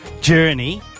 Journey